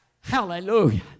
Hallelujah